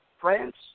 France